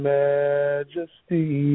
majesty